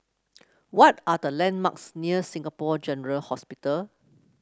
what are the landmarks near Singapore General Hospital